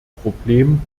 problem